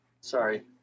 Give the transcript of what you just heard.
Sorry